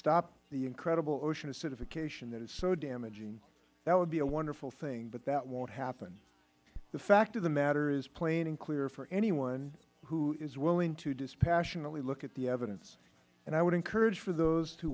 stop the incredible ocean acidification that is so damaging that would be a wonderful thing but that won't happen the fact of the matter is plain and clear for anyone who is willing to dispassionately look at the evidence and i would encourage for those who